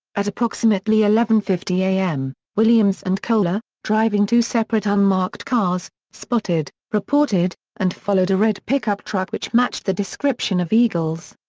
at approximately eleven fifty a m, williams and coler, driving two separate unmarked cars, spotted, reported, and followed a red pick-up truck which matched the description of eagle's.